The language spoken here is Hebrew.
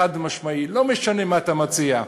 חד-משמעי: לא משנה מה אתה מציע,